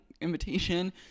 invitation